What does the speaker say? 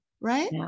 right